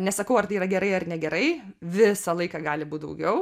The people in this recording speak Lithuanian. nesakau ar tai yra gerai ar negerai visą laiką gali būt daugiau